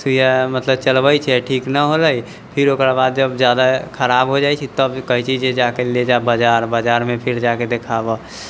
सुइया मतलब चलबै छै मतलब ठीक नहि होलै फिर ओकरा बाद जब जादा खराब होइ जाइ छै तब कहै छै जे जा कऽ ले जा बजार बजारमे फिर जाके देखाबऽ